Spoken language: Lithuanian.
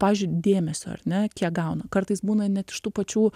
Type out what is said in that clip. pavyzdžiui dėmesio ar ne kiek gauna kartais būna net iš tų pačių